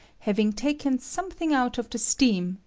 having taken something out of the steam,